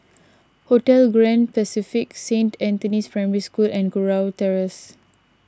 Hotel Grand Pacific Saint Anthony's Primary School and Kurau Terrace